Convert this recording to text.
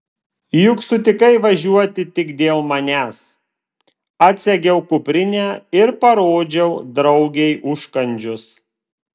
juk sutikai važiuoti tik dėl manęs atsegiau kuprinę ir parodžiau draugei užkandžius